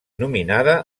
nominada